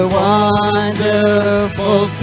wonderful